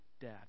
dad